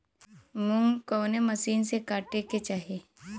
मूंग कवने मसीन से कांटेके चाही?